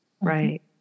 right